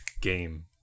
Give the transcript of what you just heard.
game